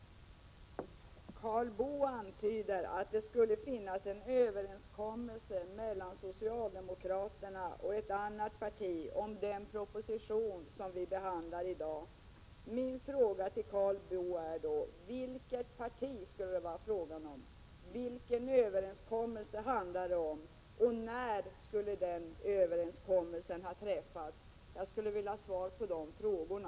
Karl Boo antyder att det skulle finnas en överenskommelse mellan socialdemokraterna och ett annat parti om den proposition som vi i dag behandlar. Mina frågor till Karl Boo är: Vilket parti skulle det vara fråga om? Vilken överenskommelse handlar det om? När skulle den överenskommelsen ha träffats? Jag skulle vilja ha svar på de frågorna.